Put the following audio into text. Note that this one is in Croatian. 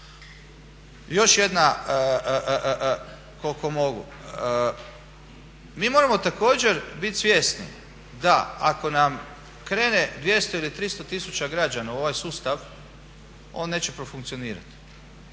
Još jedna koliko mogu, mi moramo također biti svjesni da ako nam krene 200 ili 300 tisuća građana u ovaj sustav on neće profunkcionirati